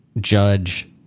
judge